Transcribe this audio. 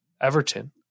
Everton